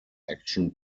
action